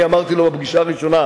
אני אמרתי לו בפגישה הראשונה,